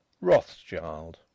Rothschild